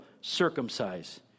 circumcise